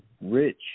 rich